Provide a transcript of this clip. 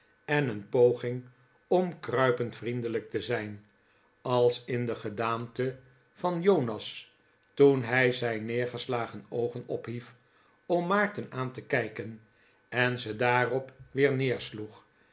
en een poging om kruipend vriendelijk te zijn als in de gedaante van jonas toen hij zijn neergeslagen oogen ophief om maarten aan te kijken en ze daarop weer